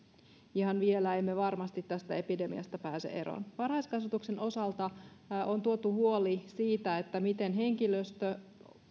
ihan vielä emme varmasti tästä epidemiasta pääse eroon varhaiskasvatuksen osalta on tuotu huoli siitä miten henkilöstö